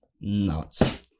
Nuts